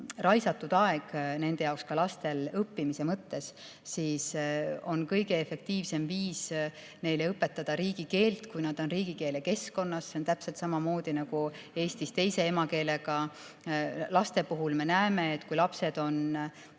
raisatud aeg nende jaoks, ka lastel õppimise mõttes, on kõige efektiivsem neile riigikeelt õpetada, kui nad on riigikeele keskkonnas. See on täpselt samamoodi nagu Eestis teise emakeelega laste puhul. Me näeme, et kui lapsed on